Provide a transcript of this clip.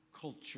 culture